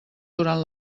durant